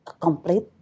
complete